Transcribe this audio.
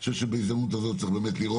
אני חושב שבהזדמנות הזאת צריך לראות